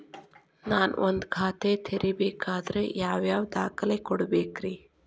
ನಾನ ಒಂದ್ ಖಾತೆ ತೆರಿಬೇಕಾದ್ರೆ ಯಾವ್ಯಾವ ದಾಖಲೆ ಕೊಡ್ಬೇಕ್ರಿ?